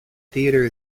theater